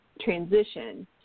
transition